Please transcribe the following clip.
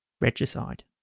Regicide